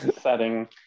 setting